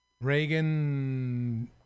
Reagan